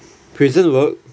prison work